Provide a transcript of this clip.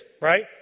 Right